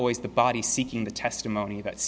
always the body seeking the testimony that